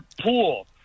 pool